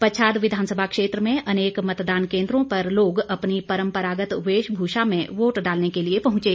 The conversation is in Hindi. पच्छाद विधानसभा क्षेत्र में अनेक मतदान केंद्रों पर लोग अपनी परंपरागत वेशभूषा में वोट डालने के लिए पहुंचे